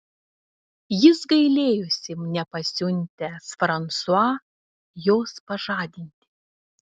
jis gailėjosi nepasiuntęs fransua jos pažadinti